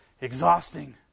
exhausting